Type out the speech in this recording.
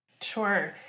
Sure